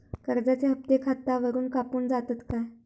कर्जाचे हप्ते खातावरून कापून जातत काय?